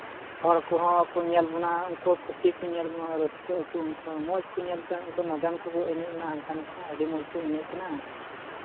ᱦᱚᱲ ᱠᱚᱦᱚᱸ ᱠᱚ ᱧᱮᱞ ᱵᱚᱱᱟ ᱩᱱᱠᱩ ᱦᱚᱸ ᱠᱩᱥᱤ ᱠᱚ ᱧᱮᱞ ᱵᱚᱱᱟ ᱨᱟᱹᱥᱠᱟᱹ ᱟᱠᱚ ᱩᱱᱠᱩ ᱦᱚᱸ ᱢᱚᱡᱽ ᱠᱚ ᱧᱮᱞ ᱛᱮ ᱩᱱᱠᱩ ᱱᱚᱛᱮᱱ ᱠᱚᱠᱚ ᱮᱱᱮᱡᱱᱟ ᱦᱟᱱᱠᱟ ᱱᱚᱝᱠᱟ ᱟᱹᱰᱤ ᱢᱚᱡᱽ ᱠᱚ ᱮᱱᱮᱡ ᱠᱟᱱᱟ